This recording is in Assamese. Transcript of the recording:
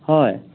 হয়